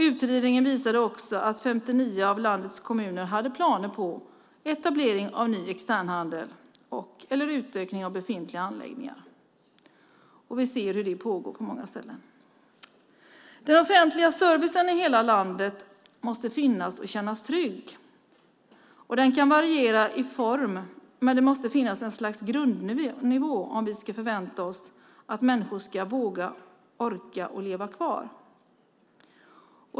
Utredningen visade också att 59 av landets kommuner hade planer på etablering av ny externhandel och/eller utökning av befintliga anläggningar. Vi ser hur detta pågår på många ställen. Den offentliga servicen måste finnas i hela landet och kännas trygg. Den kan variera i form, men det måste finnas ett slags grundnivå om vi ska förvänta oss att människor ska våga och orka leva kvar.